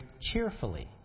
cheerfully